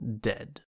dead